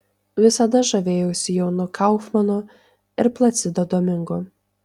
visada žavėjausi jonu kaufmanu ir placido domingu